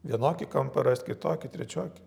vienokį kampą rast kitokį trečiokį